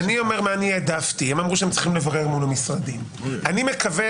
אני אומר מה אני העדפתי, הם אמרו